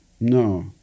no